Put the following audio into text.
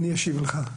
אני אשיב לך.